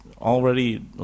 already